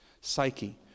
psyche